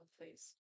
please